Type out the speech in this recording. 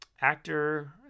actor